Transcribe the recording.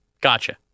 Gotcha